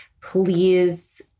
please